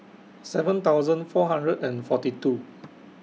seven thousand four hundred and forty two